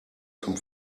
zum